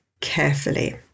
carefully